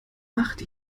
macht